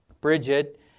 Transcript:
Bridget